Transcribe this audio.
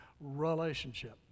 relationship